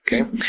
Okay